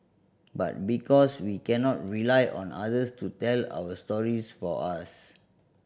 but because we cannot rely on others to tell our stories for us